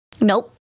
nope